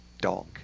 dog